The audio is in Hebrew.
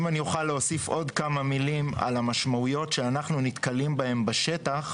אם אני אוכל להוסיף עוד כמה מילים על המשמעויות שאנחנו נתקלים בהן בשטח.